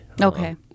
Okay